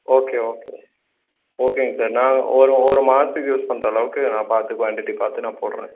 okay okay ஓகேங்க sir நான் ஒரு ஒரு மாதத்துக்கு யூஸ் பண்ணுற அளவுக்கு நான் பார்த்து குவாண்ட்டிட்டி பார்த்து நான் போடுறேன்